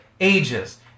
ages